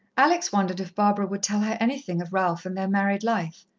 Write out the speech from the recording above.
alex wondered if barbara would tell her anything of ralph and their married life,